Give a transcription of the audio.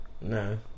no